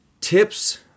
tips